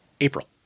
April